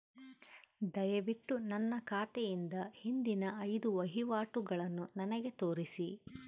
ದಯವಿಟ್ಟು ನನ್ನ ಖಾತೆಯಿಂದ ಹಿಂದಿನ ಐದು ವಹಿವಾಟುಗಳನ್ನು ನನಗೆ ತೋರಿಸಿ